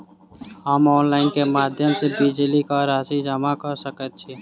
हम ऑनलाइन केँ माध्यम सँ बिजली कऽ राशि जमा कऽ सकैत छी?